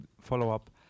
follow-up